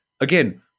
again